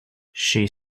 she